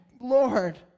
Lord